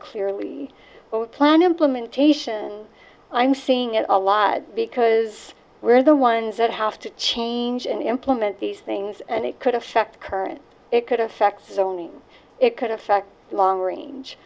clearly planned implementation i'm seeing it a lot because we're the ones that have to change and implement these things and it could affect current it could affect zoning it could affect long range